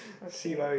okay